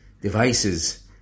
devices